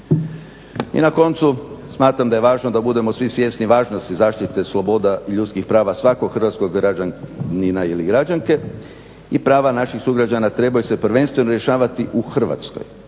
I na koncu, smatram da je važno da budemo svi svjesni važnosti zaštite sloboda i ljudskih prava svakog hrvatskog građanina ili građanke i prava naših sugrađana trebaju se prvenstveno rješavati u Hrvatskoj.